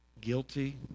guilty